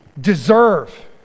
deserve